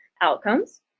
outcomes